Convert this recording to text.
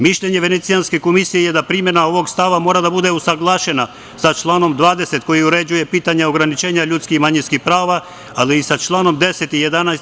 Mišljenje Venecijanske komisije je da primena ovog stava mora da bude usaglašena sa članom 20. koji uređuje pitanje ograničena ljudskih i manjinskih prava, ali i sa članom 10. i 11.